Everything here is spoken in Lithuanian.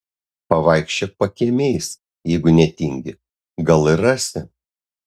pavaikščiok pakiemiais jeigu netingi gal ir rasi